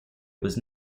was